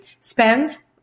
spends